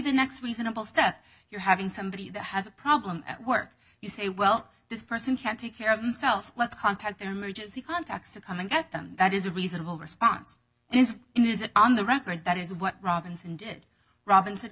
the next reasonable step you're having somebody that has a problem at work you say well this person can't take care of themselves let's contact their emergency contacts to come and get them that is a reasonable response and it's on the record that is what robinson did robin